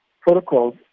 protocols